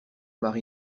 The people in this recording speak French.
mari